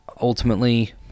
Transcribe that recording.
Ultimately